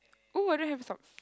!oo! I don't have a socks